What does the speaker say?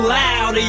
loud